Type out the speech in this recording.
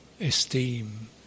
esteem